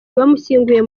bamushyinguye